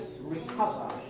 recover